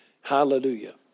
Hallelujah